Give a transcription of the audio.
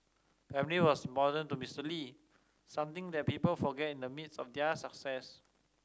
family was important to Mister Lee something that people forget in the midst of their success